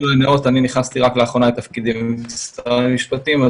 נכנסתי רק לאחרונה לתפקידי במשרד המשפטים,